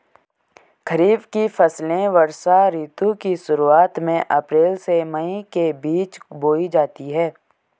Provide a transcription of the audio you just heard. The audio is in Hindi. खरीफ की फसलें वर्षा ऋतु की शुरुआत में, अप्रैल से मई के बीच बोई जाती हैं